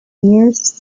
nearest